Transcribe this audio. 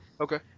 Okay